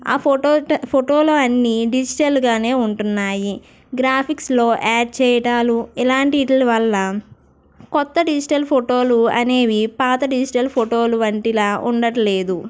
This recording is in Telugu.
ఆ ఫోటో ఫొటోలో అన్ని డిజిటల్ గానే ఉంటున్నాయి గ్రాఫిక్స్లో యాడ్ చేయడాలు ఎలాంటి వీటి వల్ల కొత్త డిజిటల్ ఫోటోలు అనేవి పాత డిజిటల్ ఫోటోల వంటిలా ఉండట్లేదు